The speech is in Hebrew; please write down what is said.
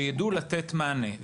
שיידעו לתת מענה,